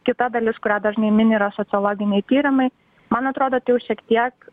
kita dalis kurią dažnai mini yra sociologiniai tyrimai man atrodo tai jau šiek tiek